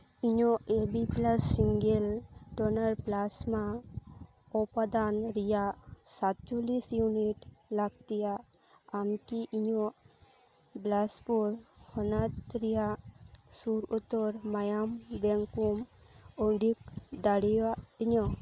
ᱤᱧᱟᱹᱜ A B plus single donor plasma ᱩᱯᱟᱫᱟᱱ ᱨᱮᱭᱟᱜ ᱥᱟᱛᱪᱚᱞᱞᱤᱥ ᱤᱭᱩᱱᱤᱴ ᱞᱟᱹᱠᱛᱤᱭᱟᱜ ᱟᱢ ᱠᱤ ᱤᱧᱟᱹᱜ ᱵᱤᱞᱟᱥᱯᱩᱨ ᱦᱚᱱᱚᱛ ᱨᱮᱭᱟᱜ ᱥᱩᱨ ᱩᱛᱟᱹᱨ ᱢᱟᱭᱟᱢ ᱵᱮᱝᱠ ᱠᱚᱢ ᱩᱫᱩᱜ ᱫᱟᱲᱮᱭᱟᱹᱧᱟᱹ